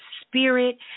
spirit